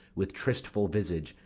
with tristful visage,